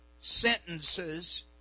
sentences